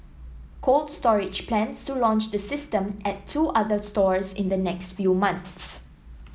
Cold Storage plans to launch the system at two other stores in the next few months